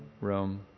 room